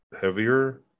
heavier